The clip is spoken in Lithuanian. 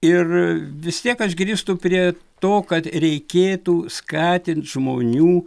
ir vis tiek aš grįžtu prie to kad reikėtų skatint žmonių